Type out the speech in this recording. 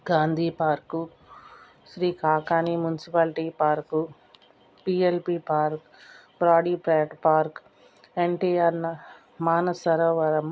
Gandhi park Shri Kakani municipality park PLP park Brodipet park ఎన్టీఆర్న మానస సరోవరం